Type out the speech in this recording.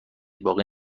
باقی